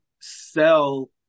sell